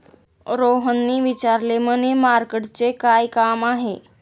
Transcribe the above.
रोहनने विचारले, मनी मार्केटचे काय काम आहे?